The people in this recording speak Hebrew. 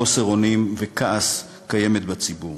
חוסר אונים וכעס קיימת בציבור.